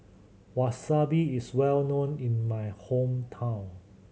wasabi is well known in my hometown